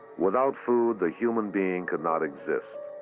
without food, the human being could not exist.